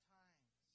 times